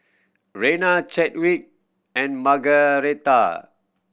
Rena Chadwick and Margaretha